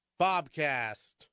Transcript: Bobcast